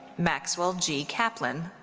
maxwell g. kaplan.